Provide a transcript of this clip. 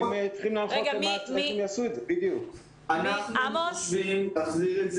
--- הם צריכים להנחות --- אנחנו חושבים להחזיר את זה